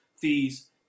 fees